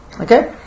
Okay